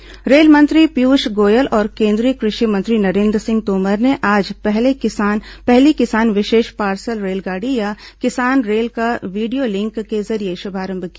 किसान rail rail मंत्री पीयूष गोयल और केंद्रीय कृषि मंत्री नरेन्द्र सिंह तोमर ने आज पहली किसान विशेष पार्सल रेलगाड़ी या किसान रेल का वीडियो लिंक के जरिए शुभारंभ किया